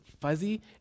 fuzzy